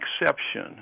exception